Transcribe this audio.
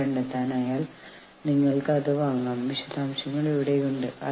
സംഘടനകൾ അല്ലെങ്കിൽ ജീവനക്കാർ ഒത്തുചേരുകയും യൂണിയനുകൾ രൂപീകരിക്കുകയും ചെയ്യുമ്പോളാണ്